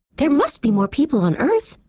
there must be more people on earth.